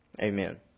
Amen